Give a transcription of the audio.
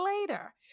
later